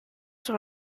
sur